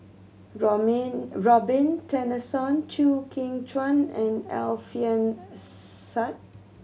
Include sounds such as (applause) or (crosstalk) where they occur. (unintelligible) Robin Tessensohn Chew Kheng Chuan and Alfian Sa'at